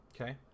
Okay